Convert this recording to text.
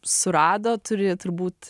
surado turi turbūt